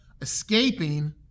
escaping